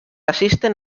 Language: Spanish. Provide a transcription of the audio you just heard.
asisten